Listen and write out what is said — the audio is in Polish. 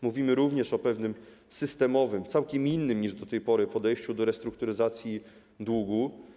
Mówimy również o pewnym systemowym, całkiem innym niż do tej pory podejściu do restrukturyzacji długu.